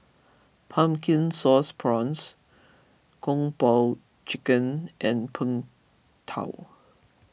Pumpkin Sauce Prawns Kung Po Chicken and Png Tao